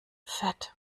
fett